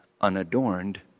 unadorned